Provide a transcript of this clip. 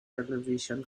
television